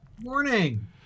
Morning